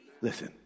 Listen